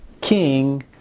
king